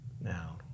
now